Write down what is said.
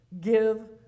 give